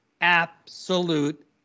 absolute